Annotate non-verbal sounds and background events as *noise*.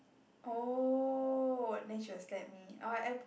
oh then she will slap me or I *noise*